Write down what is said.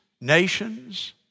nations